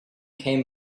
came